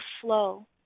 flow